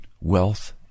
wealth